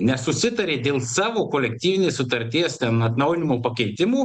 nesusitarė dėl savo kolektyvinės sutarties ten atnaujinimo pakeitimų